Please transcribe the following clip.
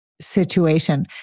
situation